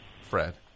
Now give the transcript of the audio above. Fred